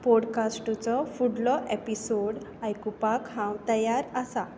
पॉडकास्टाचो फुडलो ऍपिसोड आयकुपाक हांव तयार आसा